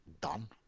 done